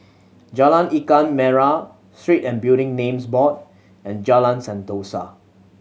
Jalan Ikan Merah Street and Building Names Board and Jalan Sentosa